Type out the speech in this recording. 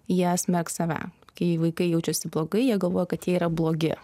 jie smerks save kai vaikai jaučiasi blogai jie galvoja kad jie yra blogi